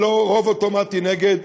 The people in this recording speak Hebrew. ולא רוב אוטומטי נגד,